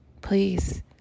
Please